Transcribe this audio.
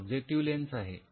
ही objective lens आहे